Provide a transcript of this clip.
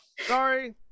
Sorry